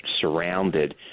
surrounded